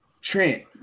Trent